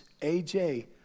AJ